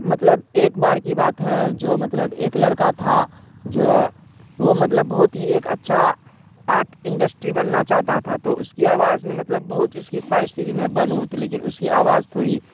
مطلب ایک بار کی بات ہے جو مطلب ایک لڑکا تھا جو وہ مطلب بہت ہی ایک اچھا آرٹ انڈسٹری بننا چاہتا تھا تو اس کی آواز میں مطلب بہت اس کی خواہش تھی کہ میں بنوں تو لیکن اس کی آواز تھوری